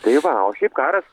tai va o šiaip karas